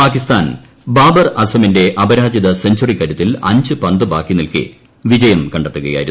പാകിസ്ഥാൻ ബാബർ അസമിന്റെ അപരാജിത സെഞ്ചറിക്കരുത്തിൽ അഞ്ച് പന്ത് ബാക്കി നിൽക്കെ വിജയം കണ്ടെത്തുകയായിരുന്നു